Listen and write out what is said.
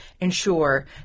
ensure